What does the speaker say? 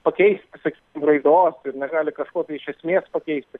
pakeist sakykim raidos ir negali kažko tai iš esmės pakeisti